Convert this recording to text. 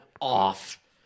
off